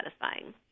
satisfying